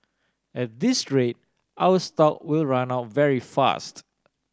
at this rate our stock will run out very fast